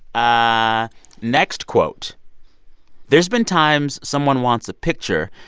ah next quote there's been times someone wants a picture.